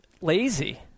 lazy